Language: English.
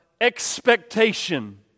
expectation